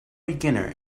beginner